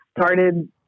started